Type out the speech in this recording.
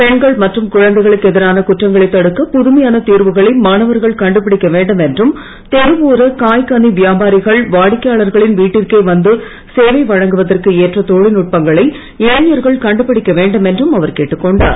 பெண்கள் மற்றும் குழந்தைகளுக்கு எதிரான குற்றங்களைத் தடுக்க புதுமையான தீர்வுகளை மாணவர்கள் கண்டுபிடிக்க வேண்டும் என்றும் தெருவோர காய் கனி வியாபாரிகள் வாடிக்கையாளர்களின் வீட்டிற்கே வந்து சேவை வழங்குவதற்கு ஏற்ற தொழில்நுட்பங்களை இளைஞர்கள் கண்டுபிடிக்க வேண்டும் என்றும் அவர் கேட்டுக்கொண்டார்